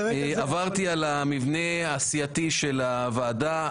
עברתי על המבנה הסיעתי של הוועדה.